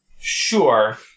sure